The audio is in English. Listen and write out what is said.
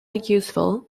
useful